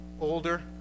older